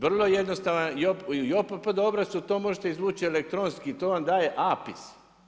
Vrlo jednostavno JOPPD obrazac to možete izvući elektronski, to vam daje APIS.